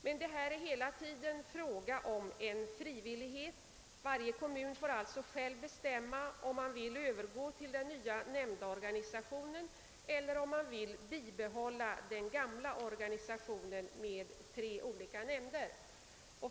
Men det är hela tiden fråga om en frivillighet — varje kommun får alltså själv bestämma om man vill övergå till den nya nämndorganisationen eller bibehålla den gamla organisationen med tre olika nämnder.